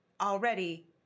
Already